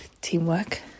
Teamwork